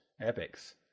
epics